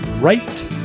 right